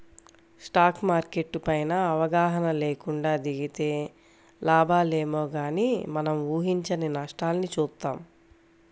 stock market పైన అవగాహన లేకుండా దిగితే లాభాలేమో గానీ మనం ఊహించని నష్టాల్ని చూత్తాం